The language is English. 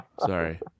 Sorry